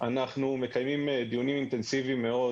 אנחנו מקיימים דיונים אינטנסיביים מאוד